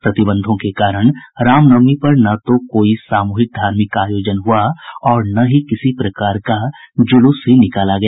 प्रतिबंधों के कारण रामनवमी पर न तो कोई सामूहिक धार्मिक आयोजन हुआ और न ही किसी प्रकार का जुलूस ही निकाला गया